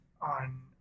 on